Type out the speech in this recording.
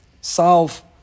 solve